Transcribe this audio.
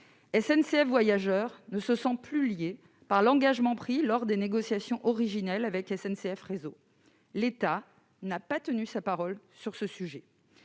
SNCF Voyageurs ne se sent plus lié par l'engagement pris lors des négociations originelles avec SNCF Réseau. L'État n'a pas tenu sa parole à cet